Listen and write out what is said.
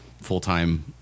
full-time